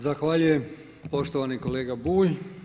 Zahvaljujem poštovani kolega Bulj.